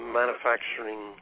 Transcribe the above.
manufacturing